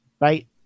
right